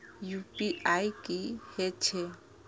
UPI की हेछे?